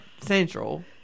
Central